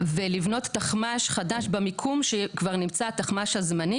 ולבנות תחמ"ש חדש במיקום שכבר נמצא התחמ"ש הזמני,